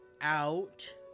out